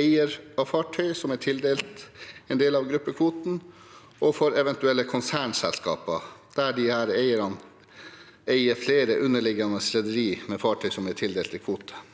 eiere av fartøyet som er tildelt en del av gruppekvoten, og hos eventuelle konsernselskaper – der disse eierne eier flere underliggende rederi med fartøy som er tildelt kvote.